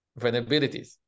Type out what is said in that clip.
vulnerabilities